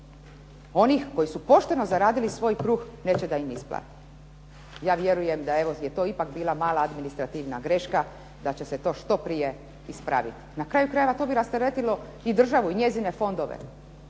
onih koji su pošteno zaradili svoj kruh neće da im isplate. Ja vjerujem da je evo to ipak bila mala administrativna greška, da će se to što prije ispraviti. Na kraju krajeva to bi rasteretilo i državu i njezine fondove,